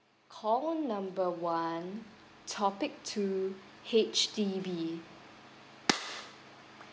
call number one topic two H_D_B